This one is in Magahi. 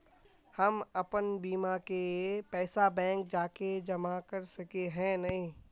हम अपन बीमा के पैसा बैंक जाके जमा कर सके है नय?